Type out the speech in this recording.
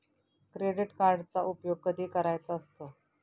Credit कार्डचा उपयोग कधी करायचा असतो?